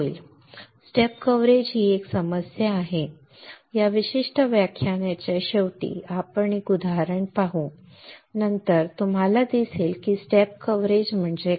step coverage ही एक समस्या आहे या विशिष्ट व्याख्यानाच्या शेवटी आपण एक उदाहरण पाहू आणि नंतर तुम्हाला दिसेल की स्टेप कव्हरेज म्हणजे काय